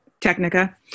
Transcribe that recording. Technica